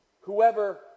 Whoever